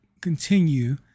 continue